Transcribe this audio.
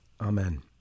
Amen